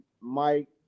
Mike